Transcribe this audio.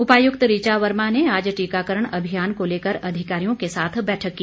उपायुक्त ऋचा वर्मा ने आज टीकाकरण अभियान को लेकर अधिकारियों के साथ बैठक की